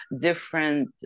different